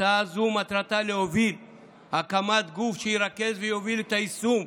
הצעה זו מטרתה להוביל הקמת גוף שירכז ויוביל את היישום,